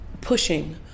pushing